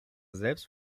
selbst